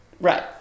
Right